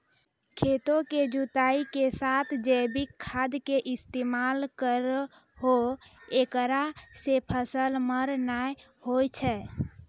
खेतों के जुताई के साथ जैविक खाद के इस्तेमाल करहो ऐकरा से फसल मार नैय होय छै?